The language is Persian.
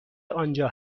آنجا